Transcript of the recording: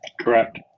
Correct